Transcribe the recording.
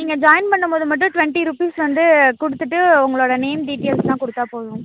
நீங்கள் ஜாயின் பண்ணும் போது மட்டும் டுவென்ட்டி ருபீஸ் வந்து கொடுத்துட்டு உங்களோட நேம் டீடெயில்ஸெலாம் கொடுத்தா போதும்